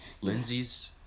Lindsey's